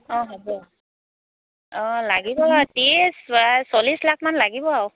অঁ হ'ব অঁ লাগিব ত্ৰিছ বা চল্লিছ লাখমান লাগিব আৰু